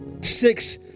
six